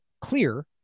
clear